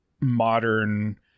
modern